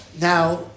now